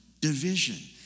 division